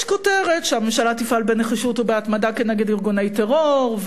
יש כותרת: הממשלה תפעל בנחישות ובהתמדה כנגד ארגוני טרור,